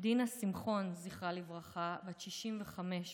דינה שמחון, זכרה לברכה, בת 65 במותה,